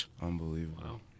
Unbelievable